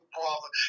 brother